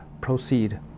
proceed